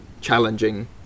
challenging